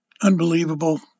unbelievable